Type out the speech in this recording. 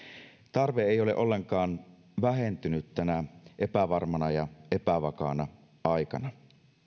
tarve ei ole ollenkaan vähentynyt tänä epävarmana ja epävakaana aikana